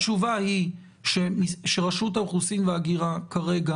התשובה היא שרשות האוכלוסין וההגירה כרגע